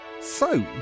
So